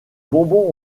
bonbons